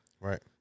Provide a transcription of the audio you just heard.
Right